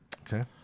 Okay